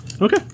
Okay